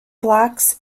blocks